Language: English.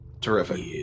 Terrific